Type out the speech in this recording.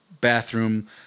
bathroom